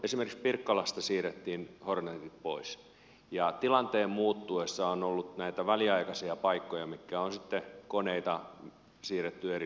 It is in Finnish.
esimerkiksi pirkkalasta siirrettiin hornetit pois ja tilanteen muuttuessa on ollut väliaikaisia paikkoja ja on koneita siirretty eri lentokentille